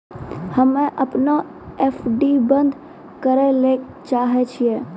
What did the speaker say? हम्मे अपनो एफ.डी बन्द करै ले चाहै छियै